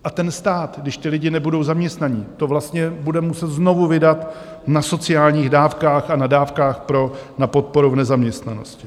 A ten stát, když ti lidé nebudou zaměstnaní, to vlastně bude muset znovu vydat na sociálních dávkách a na dávkách na podporu v nezaměstnanosti.